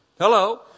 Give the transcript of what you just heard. Hello